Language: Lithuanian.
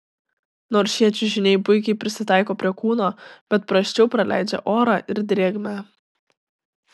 nors šie čiužiniai puikiai prisitaiko prie kūno bet prasčiau praleidžia orą ir drėgmę